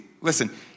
listen